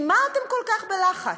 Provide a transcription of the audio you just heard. ממה אתם כל כך בלחץ?